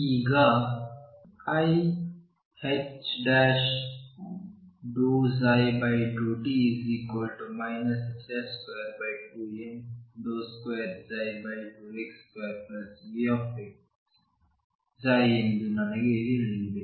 ಈಗ iℏ∂ψ∂t 22m2x2Vx ಎಂದು ನನಗೆ ತಿಳಿದಿದೆ